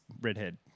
redhead